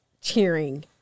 cheering